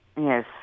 Yes